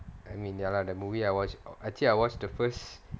I mean ya lah that movie I watched actually I watched the first